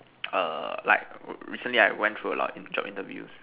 err like re~ recently I went through a lot in job interviews